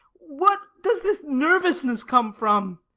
what does this nervousness come from?